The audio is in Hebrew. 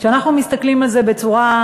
כשאנחנו מסתכלים על זה בצורה,